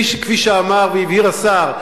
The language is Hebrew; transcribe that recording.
כפי שאמר והבהיר השר,